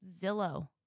Zillow